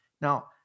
Now